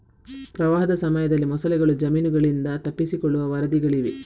ಪ್ರವಾಹದ ಸಮಯದಲ್ಲಿ ಮೊಸಳೆಗಳು ಜಮೀನುಗಳಿಂದ ತಪ್ಪಿಸಿಕೊಳ್ಳುವ ವರದಿಗಳಿವೆ